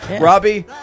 Robbie